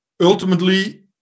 ultimately